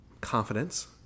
confidence